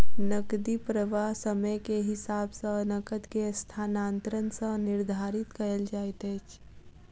नकदी प्रवाह समय के हिसाब सॅ नकद के स्थानांतरण सॅ निर्धारित कयल जाइत अछि